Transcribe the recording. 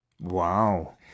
wow